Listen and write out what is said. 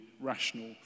rational